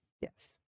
Yes